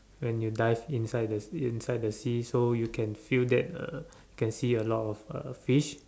when you dive inside the inside the sea so you can feel that uh you can see a lot of uh fish